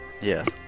Yes